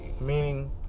meaning